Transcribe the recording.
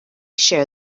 share